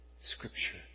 Scripture